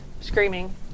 Screaming